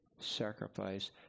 sacrifice